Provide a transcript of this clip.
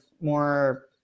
more